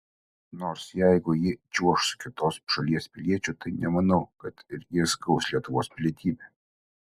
nors jeigu ji čiuoš su kitos šalies piliečiu tai nemanau kad ir jis gaus lietuvos pilietybę